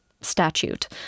statute